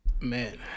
man